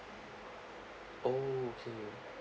oh K